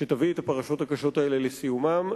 שתביא את הפרשות הקשות האלה לסיומן,